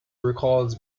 recalls